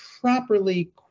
properly